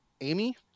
Amy